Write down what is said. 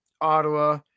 ottawa